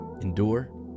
endure